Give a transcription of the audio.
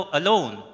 alone